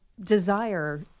desire